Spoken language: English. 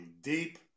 deep